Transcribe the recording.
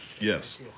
yes